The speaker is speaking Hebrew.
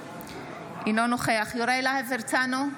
אינו נוכח יוראי להב הרצנו,